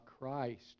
Christ